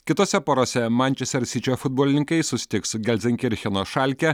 kitose porose mančester sičio futbolininkai susitiks su gelzenkircheno šalke